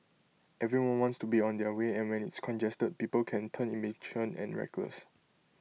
everyone wants to be on their way and when it's congested people can turn impatient and reckless